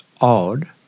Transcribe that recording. odd